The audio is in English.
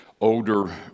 older